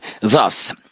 Thus